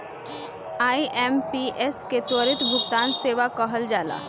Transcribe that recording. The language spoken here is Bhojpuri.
आई.एम.पी.एस के त्वरित भुगतान सेवा कहल जाला